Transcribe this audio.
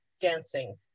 dancing